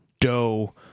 dough